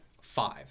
five